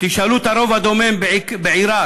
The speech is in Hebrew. תשאלו את הרוב הדומם בעיראק,